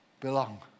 belong